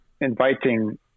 inviting